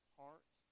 heart